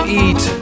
eat